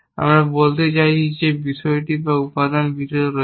আমরা বলতে চাইছি যে বিষয়টি বা উপাদান ভিতরে রয়েছে